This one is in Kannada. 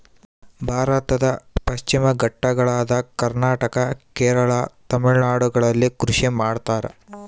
ಭಾರತದ ಪಶ್ಚಿಮ ಘಟ್ಟಗಳಾದ ಕರ್ನಾಟಕ, ಕೇರಳ, ತಮಿಳುನಾಡುಗಳಲ್ಲಿ ಕೃಷಿ ಮಾಡ್ತಾರ?